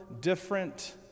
different